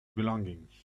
belongings